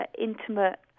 intimate